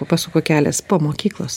pasuko kelias po mokyklos